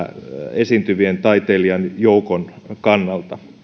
esiintyvien taiteilijain joukon kannalta